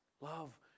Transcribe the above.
Love